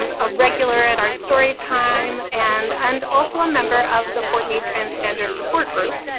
um a regular at our story time, and and also a member of the ft. meade transgender support group.